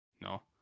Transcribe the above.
No